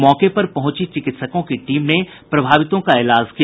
मौके पर पहुंची चिकित्सकों की टीम ने प्रभावितों का इलाज किया